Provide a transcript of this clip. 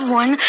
one